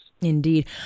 Indeed